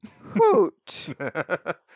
Hoot